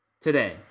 today